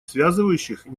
связывающих